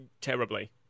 Terribly